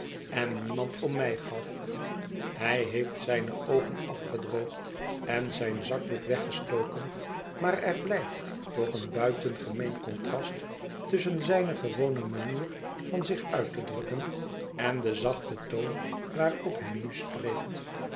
en niemand om mij gaf hij heeft zijne oogen afgedroogd en zijn zakdoek weggestoken maar er blijft toch een buitengemeen contrast tusschen zijne gewone manier van zich uit te drukken en den zachten toon waarop hij nu spreekt